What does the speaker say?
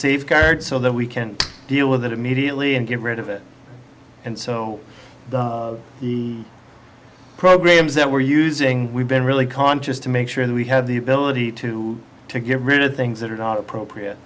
safeguards so that we can deal with it immediately and get rid of it and so the programs that we're using we've been really conscious to make sure that we have the ability to to get rid of things that are not appropriate